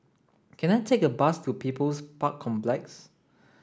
can I take a bus to People's Park Complex